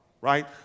right